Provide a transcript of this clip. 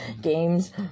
games